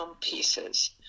pieces